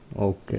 Okay